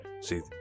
See